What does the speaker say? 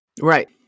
Right